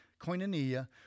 koinonia